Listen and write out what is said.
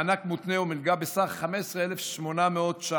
מענק מותנה ומלגה בסך 15,800 ש"ח,